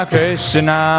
Krishna